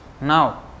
now